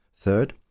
Third